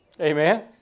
Amen